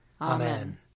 Amen